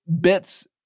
bits